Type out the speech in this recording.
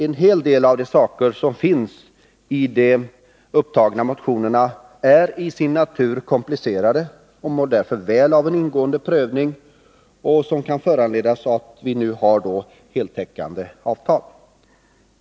En hel del av de saker som finns i de upptagna motionerna är till sin natur komplicerade och mår därför väl av en ingående prövning som kan föranledas av att vi nu har heltäckande avtal.